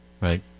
Right